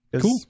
Cool